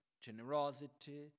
generosity